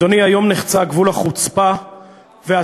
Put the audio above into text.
אדוני, היום נחצה גבול החוצפה והצביעות